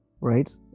right